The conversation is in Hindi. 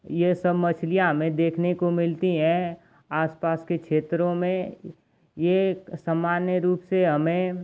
ये सब मछलियाँ हमें देखने को मिलती हैं आसपास के क्षेत्रों में ये सामान्य रूप से हमें